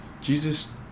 Jesus